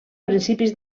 principis